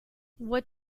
what